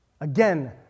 Again